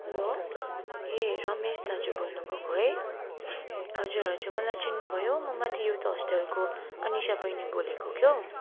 hello ए रमेश दाजु बोल्नुभएको है हजुर हजुर मलाई चिन्नुभयो म माथि युथ हस्टेलको अनिसा बहिनी बोलेको के हो